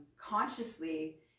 consciously